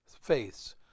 faiths